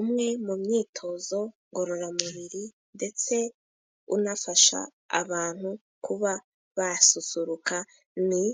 Umwe mu myitozo ngororamubiri, ndetse unafasha abantu kuba basusuruka ni